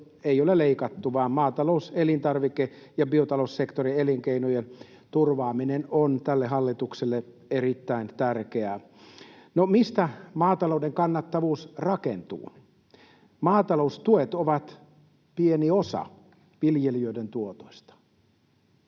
ei ole leikattu, vaan maatalous-, elintarvike- ja biotaloussektorin elinkeinojen turvaaminen on tälle hallitukselle erittäin tärkeää. No, mistä maatalouden kannattavuus rakentuu? Maataloustuet ovat pieni osa viljelijöiden tuotoista.